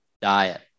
diet